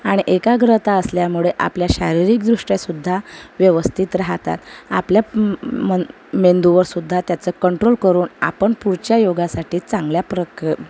आणि एकाग्रता असल्यामुळे आपल्या शारीरिकदृष्ट्या सुध्दा व्यवस्थित राहतात आपल्या मेंदूवर सुध्दा त्याचा कंट्रोल करून आपण पुढच्या योगासाठी चांगल्याप्रक